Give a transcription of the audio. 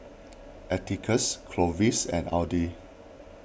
Atticus Clovis and Audy